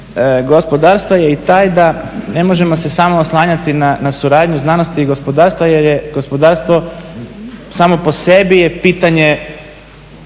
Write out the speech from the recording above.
gospodarstva je i taj da ne možemo se samo oslanjati na suradnju znanosti i gospodarstva jer je gospodarstvo samo po sebi je pitanje